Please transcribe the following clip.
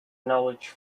knowledge